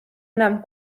enam